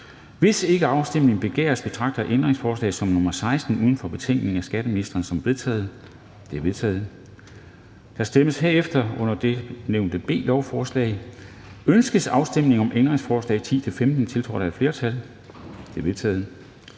Hvis ikke afstemning begæres, betragter jeg ændringsforslag nr. 16 uden for betænkningen af skatteministeren som vedtaget. Det er vedtaget. Der stemmes herefter om det under B nævnte lovforslag: Ønskes afstemning om ændringsforslag nr. 10-15, tiltrådt af et flertal (udvalget